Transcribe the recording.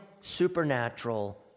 supernatural